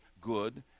good